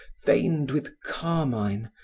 veined with carmine,